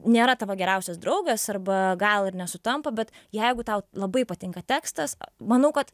nėra tavo geriausias draugas arba gal ir nesutampa bet jeigu tau labai patinka tekstas manau kad